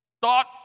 thought